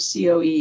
COE